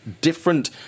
different